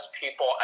people